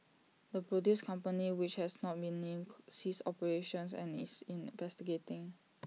the produce company which has not been named ceased operations and is investigating